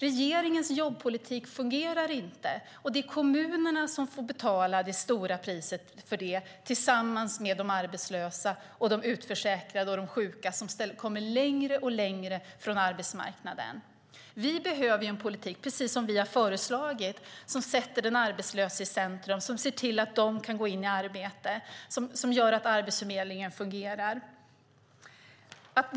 Regeringens jobbpolitik fungerar inte, och det är kommunerna som får betala det höga priset för det tillsammans med de arbetslösa, de utförsäkrade och de sjuka, som kommer längre och längre från arbetsmarknaden. Vi behöver en politik, precis som vi har föreslagit, som sätter arbetslösa i centrum och ser till att de kan gå in i arbete och som gör att Arbetsförmedlingen fungerar.